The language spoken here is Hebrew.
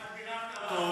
רק בירכת אותו,